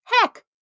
Heck